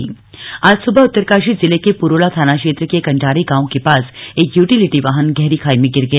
दुर्घटना आज सुबह उत्तरकाशी जिले के पुरोला थाना क्षेत्र के कंडारी गांव के पास एक यूटिलिटी वाहन गहरी खाई में गिर गया